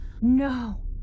No